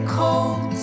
cold